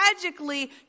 tragically